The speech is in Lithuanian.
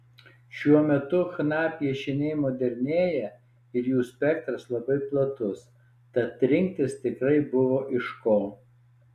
šiuo metu chna piešiniai modernėja ir jų spektras labai platus tad rinktis tikrai buvo iš ko